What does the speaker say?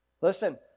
Listen